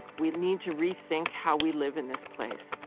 we need to rethink how we live in this place.